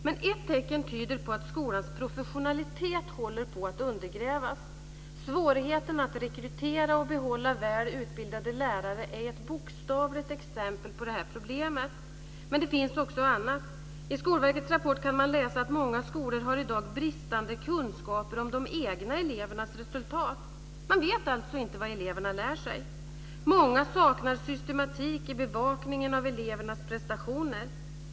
Men ett tecken tyder på att skolans professionalitet håller på att undergrävas. Svårigheten att rekrytera och behålla väl utbildade lärare är ett bokstavligt exempel på det här problemet, men det finns också annat. I Skolverkets rapport kan man läsa att många skolor i dag har bristande kunskaper om de egna elevernas resultat. Man vet alltså inte vad eleverna lär sig. Många saknar systematik i bevakningen av elevernas prestationer.